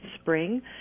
spring